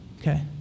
Okay